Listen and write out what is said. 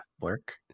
work